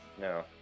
No